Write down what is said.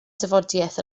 dafodiaith